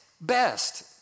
best